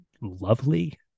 lovely